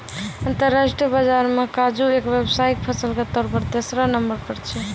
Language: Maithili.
अंतरराष्ट्रीय बाजार मॅ काजू एक व्यावसायिक फसल के तौर पर तेसरो नंबर पर छै